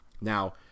Now